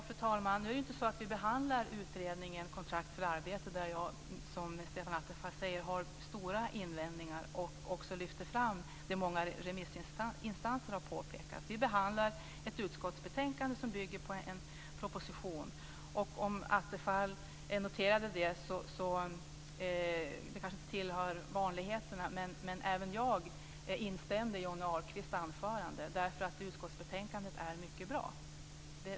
Fru talman! Nu är det inte så att vi behandlar utredningen Kontrakt för arbete - Rättvisa och tydliga regler i arbetslöshetsförsäkringen, där jag, som Stefan Attefall säger, har stora invändningar och också lyfter fram det många remissinstanser har påpekat. Vi behandlar ett utskottsbetänkande som bygger på en proposition. Om Attefall noterade det att även jag - det kanske inte tillhör vanligheterna - instämde i Johnny Ahlqvists anförande därför att utskottsbetänkandet är mycket bra.